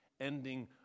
ending